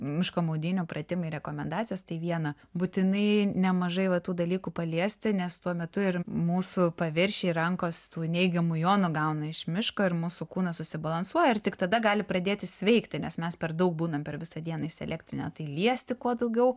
miško maudynių pratimai rekomendacijos tai viena būtinai nemažai va tų dalykų paliesti nes tuo metu ir mūsų paviršiai ir rankos tų neigiamų jonų gauna iš miško ir mūsų kūnas susibalansuoja ir tik tada gali pradėti sveikti nes mes per daug būnam per visą dieną įsielektrinę tai liesti kuo daugiau